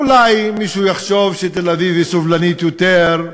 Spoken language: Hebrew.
אולי מישהו יחשוב שתל-אביב היא סובלנית יותר,